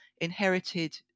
inherited